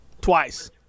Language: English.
Twice